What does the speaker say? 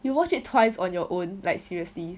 you watch it twice on your own like seriously